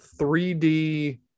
3D